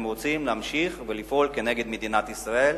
הם רוצים להמשיך ולפעול כנגד מדינת ישראל,